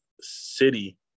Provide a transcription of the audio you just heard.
city